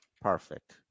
Perfect